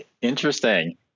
interesting